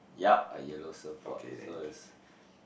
yup a yellow surfboard so it's